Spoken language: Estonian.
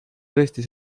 tõesti